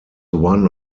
one